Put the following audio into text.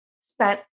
spent